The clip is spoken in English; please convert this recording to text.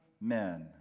men